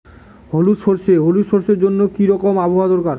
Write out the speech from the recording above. হলুদ সরষে জন্য কি রকম আবহাওয়ার দরকার?